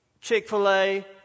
Chick-fil-A